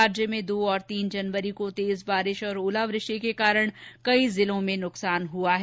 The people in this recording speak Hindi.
राज्य में दो और तीन जनवरी को तेज बारिश और ओलावृष्टि के कारण कई जिलों में न्कसान हुआ है